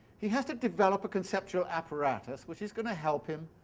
he has to develop a conceptual apparatus which is going to help him